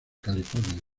california